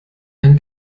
ein